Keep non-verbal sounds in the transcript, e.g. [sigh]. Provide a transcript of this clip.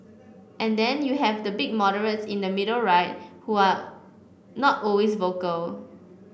and then you have the big moderates in the middle right who are [unintelligible] not always vocal